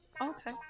Okay